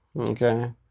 okay